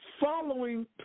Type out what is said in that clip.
following